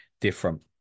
different